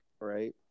right